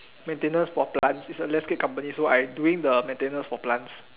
maintenance for plants is a landscape company so I doing the maintenance for plants